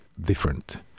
different